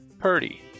Purdy